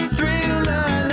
Thriller